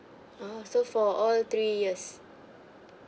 uh so for all three years